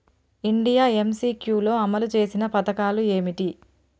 India MCQ లో అమలు చేసిన పథకాలు ఏమిటి?